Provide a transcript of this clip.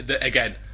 Again